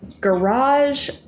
Garage